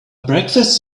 breakfast